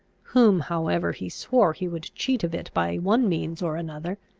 whom however he swore he would cheat of it by one means or another.